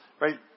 right